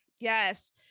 Yes